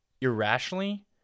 Irrationally